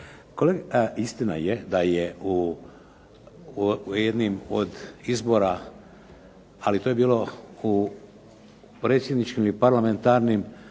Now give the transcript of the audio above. Istina je da je u jednim od izbora, ali to je bilo u predsjedničkim i parlamentarnim